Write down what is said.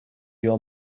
your